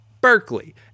Berkeley